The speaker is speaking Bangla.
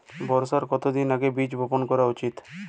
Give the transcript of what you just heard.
বর্ষার কতদিন আগে বীজ বপন করা উচিৎ?